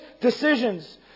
decisions